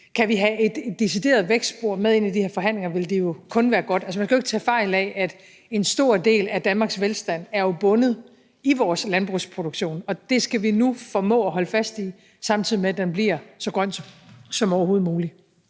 Kan vi have et decideret vækstspor med ind i de her forhandlinger, vil det jo kun være godt. Altså, man skal jo ikke tage fejl af, at en stor del af Danmarks velstand er knyttet til vores landbrugsproduktion, og det skal vi nu formå at holde fast i, samtidig med at den bliver så grøn som overhovedet muligt.